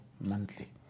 monthly